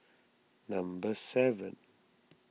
number seven